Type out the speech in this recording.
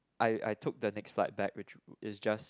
I I took the next flight back which is just